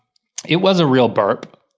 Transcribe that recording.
it was a real burp,